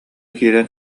киирэн